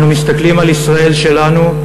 אנו מסתכלים על ישראל שלנו,